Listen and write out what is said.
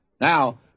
Now